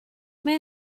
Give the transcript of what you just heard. mae